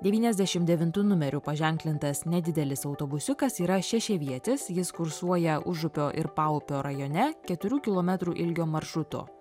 devyniasdešim devintu numeriu paženklintas nedidelis autobusiukas yra šešiavietis jis kursuoja užupio ir paupio rajone keturių kilometrų ilgio maršrutu